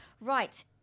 Right